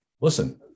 listen